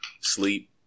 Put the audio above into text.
sleep